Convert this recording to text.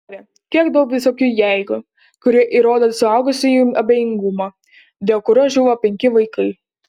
dieve kiek daug visokių jeigu kurie įrodo suaugusiųjų abejingumą dėl kurio žuvo penki vaikai